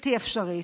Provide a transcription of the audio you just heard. בלתי אפשרית.